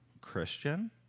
Christian